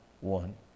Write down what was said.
one